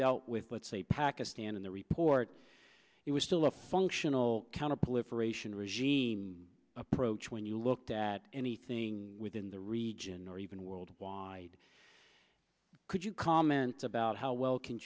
dealt with let's say pakistan in the report it was still a functional counterproliferation regime approach when you looked at anything within the region or even worldwide could you comment about how well can